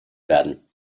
werden